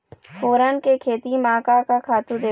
फोरन के खेती म का का खातू देबो?